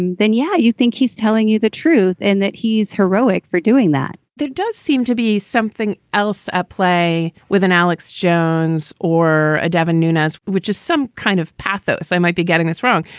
then, yeah, you think he's telling you the truth and that he's heroic for doing that there does seem to be something else at play with an alex jones or a devin nunes, which is some kind of patho. so i might be getting this wrong.